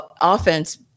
offense